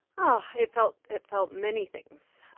but it felt it felt many things.